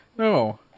No